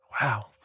Wow